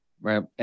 Right